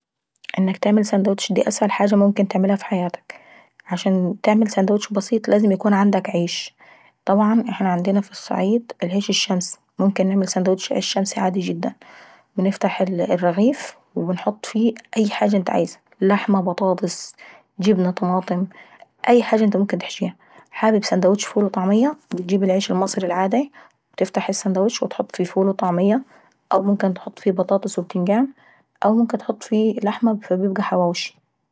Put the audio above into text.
انك تعمل شاندوتش دي اسهل حاجة ممكن تعملها ف حياتك. عشان تعمل شاندوتش بسيط لازم يكون عيندك عيش، طبعا احنا عبندنا ف الصعيد العيش الشمشي، ممكن نعمل شندوتش بالعيش الشمشي عادي جدا، بافتح الرغيف ونحط فيه أي حاجة انت عايزهي لحمة بطاطس جبنة طماطم ، أي حاجة انت ممكن تحشيها. حابب شندوتش فول وطعمية بتجيب العيش المصري العاداي، تفتح الشندوتش وتحط فيه فول ووطعمية او ممكن تحط فيه بطاطس و باجندال، او ممكن تحط فيه لحمة ويبقى حواوشاي.